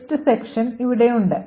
text section ഇവിടെയുണ്ട്